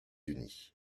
unis